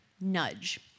nudge